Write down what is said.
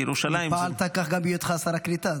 כי ירושלים ---- ופעלת כך גם בהיותך שר הקליטה,